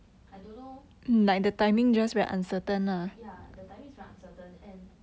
I don't know yeah the timing's very uncertain and